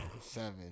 Seven